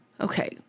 Okay